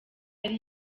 yari